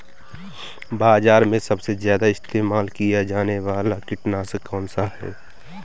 बाज़ार में सबसे ज़्यादा इस्तेमाल किया जाने वाला कीटनाशक कौनसा है?